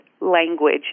language